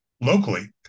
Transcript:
locally